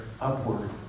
upward